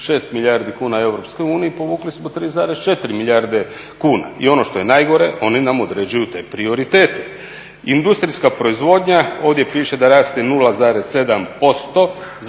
3,6 milijardu kuna EU, povukli smo 3,4 milijarde kuna. I ono što je najgore oni nam određuju te prioritete. Industrijska proizvodnja, ovdje piše da raste 0,7% za